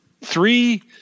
Three